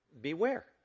beware